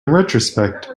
retrospect